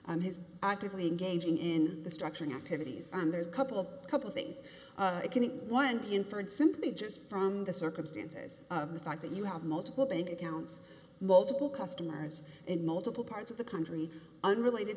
and his actively engaging in the structuring activities i'm there's a couple of a couple things can one be inferred simply just from the circumstances of the fact that you have multiple bank accounts multiple customers in multiple parts of the country unrelated